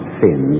sin